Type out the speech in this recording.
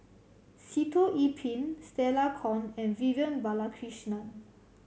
Sitoh Yih Pin Stella Kon and Vivian Balakrishnan